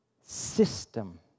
system